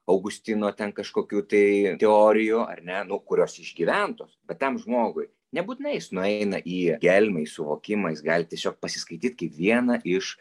augustino ten kažkokių tai teorijų ar ne nu kurios išgyventos bet tam žmogui nebūtinai jis nueina į gelmę į suvokimą jis gali tiesiog pasiskaityt kaip vieną iš